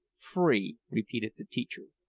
free! repeated the teacher,